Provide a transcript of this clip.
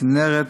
צנרת,